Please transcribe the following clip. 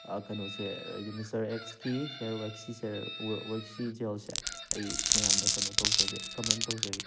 ꯀꯩꯅꯣꯁꯦ ꯍꯥꯏꯗꯤ ꯃꯤꯁꯇꯔ ꯑꯦꯛꯁꯀꯤ ꯍꯦꯌꯔ ꯋꯦꯛꯁꯤꯁꯦ ꯋꯦꯛꯁꯤ ꯖꯦꯜꯁꯦ ꯑꯩ ꯃꯌꯥꯝꯗ ꯀꯩꯅꯣ ꯇꯧꯖꯒꯦ ꯀꯃꯦꯟꯠ ꯇꯧꯖꯒꯦ